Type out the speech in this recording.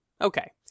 Okay